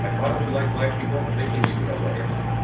um why don't you like black people? they couldn't give you no real answer.